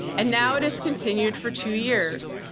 and now it has continued for two years,